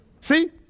See